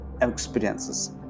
experiences